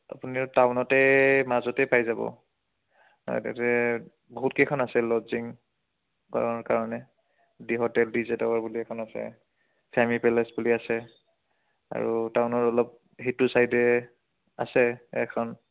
আপুনি টাউনতে মাজতেই পাই যাব আৰু তাতে বহুতকেইখন আছে লজিং কাৰণে D hotel D J Tower বুলি এখন আছে ফেমি পেলেছ বুলি আছে আৰু টাউনৰ অলপ সেইটো ছাইডে আছে এখন